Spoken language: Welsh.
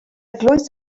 eglwys